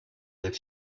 lips